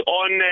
on